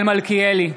מיכאל מלכיאלי,